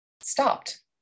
stopped